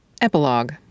Epilogue